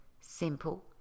Simple